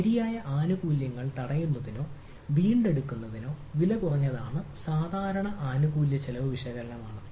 ശരിയായ ആനുകൂല്യങ്ങൾ തടയുന്നതിനോ വീണ്ടെടുക്കുന്നതിനോ വിലകുറഞ്ഞതാണ് സാധാരണ ആനുകൂല്യ ചെലവ് വിശകലനം ആണ്